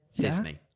Disney